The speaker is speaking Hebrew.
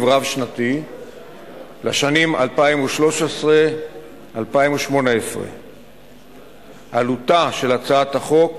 רב-שנתי לשנים 2013 2018. עלותה של הצעת החוק